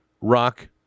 rock